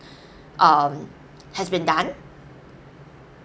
um has been done